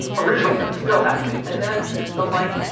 original fed still happening. and then the, like,